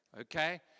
okay